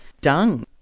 dung